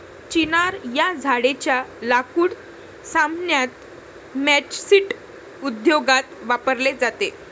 चिनार या झाडेच्या लाकूड सामान्यतः मैचस्टीक उद्योगात वापरले जाते